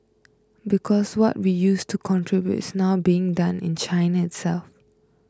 because what we used to contribute is now being done in China itself